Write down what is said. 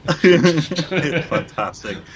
Fantastic